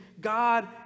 God